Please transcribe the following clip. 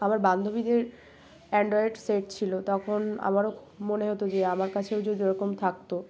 আমার বান্ধবীদের Android set ছিল তখন আমারও মনে হতো যে আমার কাছেও যদি ওরকম থাকত